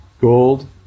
gold